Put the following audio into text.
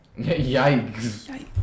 yikes